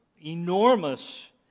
enormous